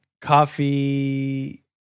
coffee